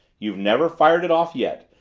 you've never fired it off yet,